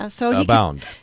abound